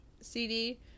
CD